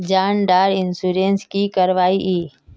जान डार इंश्योरेंस की करवा ई?